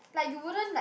like you wouldn't like